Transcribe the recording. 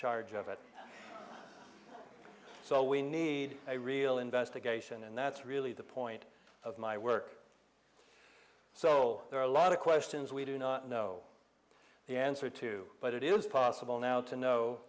charge of it so we need a real investigation and that's really the point of my work so there are a lot of questions we do not know the answer to but it is possible now to know